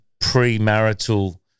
pre-marital